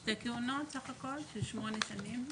שתי כהונות סך הכול של שמונה שנים במצטבר,